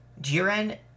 jiren